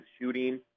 shooting